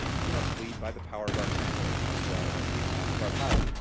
we must lead by the power of our example as well as the example of our power,